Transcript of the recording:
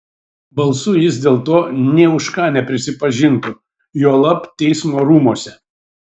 balsu jis dėl to nė už ką neprisipažintų juolab teismo rūmuose